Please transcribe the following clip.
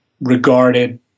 regarded